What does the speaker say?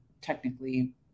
technically